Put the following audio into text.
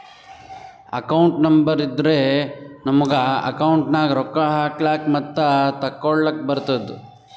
account number ಇದ್ದುರೆ ನಮುಗ account ನಾಗ್ ರೊಕ್ಕಾ ಹಾಕ್ಲಕ್ ಮತ್ತ ತೆಕ್ಕೊಳಕ್ಕ್ ಬರ್ತುದ್